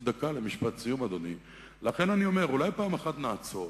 לכן אני אומר, אולי פעם אחת נעצור